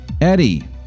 Eddie